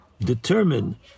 determine